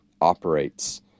operates